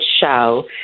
show